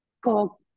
go